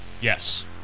Yes